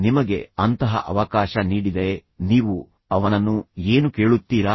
ನಿಮಗೆ ಅಂತಹ ಅವಕಾಶ ನೀಡಿದರೆ ನೀವು ಅವನನ್ನು ಏನು ಕೇಳುತ್ತೀರಾ